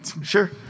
Sure